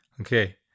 Okay